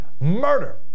murder